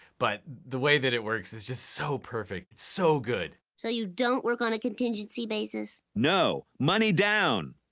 but the way that it works is just so perfect, it's so good. so you don't work on a contingency basis? no, money down.